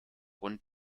und